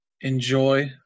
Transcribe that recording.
enjoy